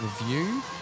review